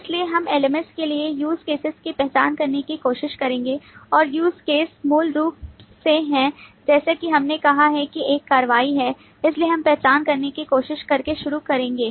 इसलिए हम LMS के लिए use cases की पहचान करने की कोशिश करेंगे और use case मूल रूप से है जैसा कि मैंने कहा कि एक कार्रवाई है इसलिए हम पहचान करने की कोशिश करके शुरू करेंगे